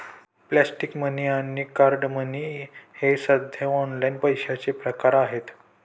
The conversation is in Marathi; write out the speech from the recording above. प्लॅस्टिक मनी आणि कार्ड मनी हे सध्या ऑनलाइन पैशाचे प्रकार आहेत